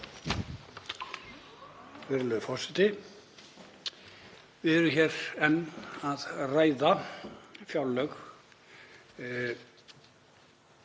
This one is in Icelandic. Við erum hér enn að ræða fjárlög